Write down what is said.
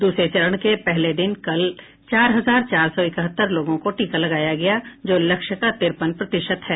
दूसरे चरण के पहले दिन कल चार हजार चार सौ इकहत्तर लोगों को टीका लगाया गया जो लक्ष्य का तिरपन प्रतिशत है